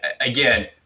again